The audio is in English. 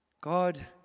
God